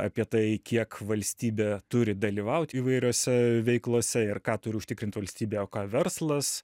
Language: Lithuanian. apie tai kiek valstybė turi dalyvauti įvairiose veiklose ir ką turi užtikrint valstybė o ką verslas